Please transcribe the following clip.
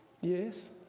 yes